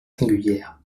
singulières